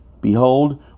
Behold